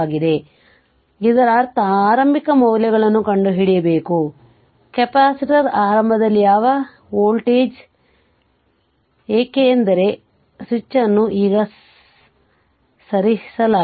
ಆದರೆ ಇದರರ್ಥ ಆರಂಭಿಕ ಮೌಲ್ಯಗಳನ್ನು ಕಂಡುಹಿಡಿಯಬೇಕು ಕೆಪಾಸಿಟರ್ ಆರಂಭದಲ್ಲಿ ಯಾವ ಕರೆ ವೋಲ್ಟೇಜ್ ಏಕೆಂದರೆ ಸ್ವಿಚ್ ಅನ್ನು ಈಗ ಸರಿಸಲಾಗಿದೆ